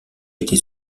était